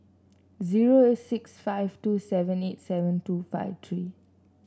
zero six five two seven eight seven two five three